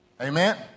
Amen